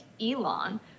Elon